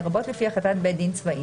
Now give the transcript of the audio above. לרבות לפי החלטת בית דין צבאי,